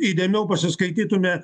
įdėmiau pasiskaitytume